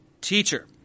Teacher